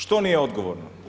Što nije odgovorno?